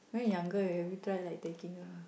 when you younger have you try like taking a